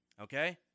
okay